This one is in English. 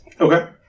Okay